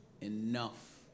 enough